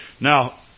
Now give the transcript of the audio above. Now